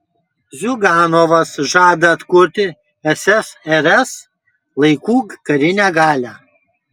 ziuganovas žada atkurti ssrs laikų karinę galią